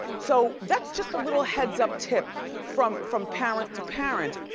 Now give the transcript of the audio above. so that's just a little heads up tip from from parent to parent,